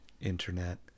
internet